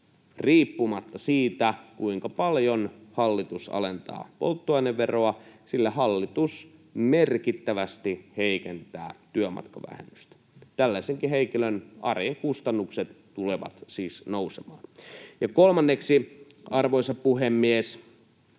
riippumatta siitä, kuinka paljon hallitus alentaa polttoaineveroa, sillä hallitus merkittävästi heikentää työmatkavähennystä. Tällaisenkin henkilön arjen kustannukset tulevat siis nousemaan. Ja kolmanneksi, arvoisa puhemies,